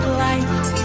light